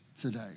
today